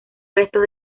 restos